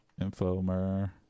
infomer